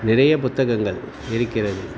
நிறைய புத்தகங்கள் இருக்கிறது